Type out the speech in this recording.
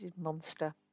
monster